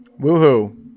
Woohoo